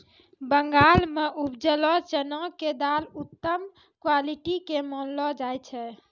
बंगाल मॅ उपजलो चना के दाल उत्तम क्वालिटी के मानलो जाय छै